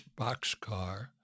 boxcar